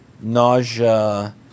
nausea